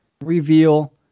reveal